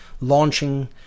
launching